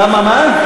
למה מה?